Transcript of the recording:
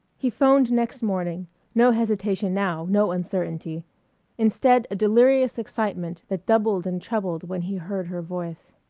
he phoned next morning no hesitation now, no uncertainty instead a delirious excitement that doubled and trebled when he heard her voice